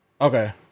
Okay